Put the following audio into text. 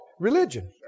Religion